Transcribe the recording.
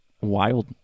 wild